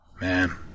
Man